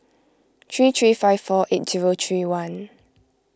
three three five four eight zero three one